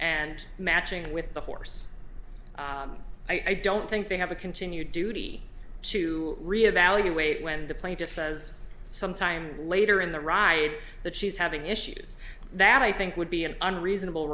and matching with the horse i don't think they have a continued duty to re evaluate when the plaintiff says sometime later in the ride that she's having issues that i think would be an unreasonable